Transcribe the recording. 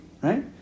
Right